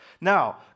Now